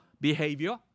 behavior